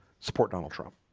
support donald trump